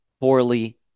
poorly